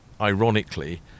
ironically